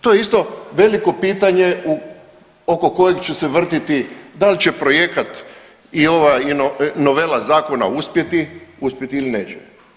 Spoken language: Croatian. To je isto veliko pitanje u, oko kojeg će se vrtiti da li će projekat i ova novela zakona uspjeti, uspjeti ili neće.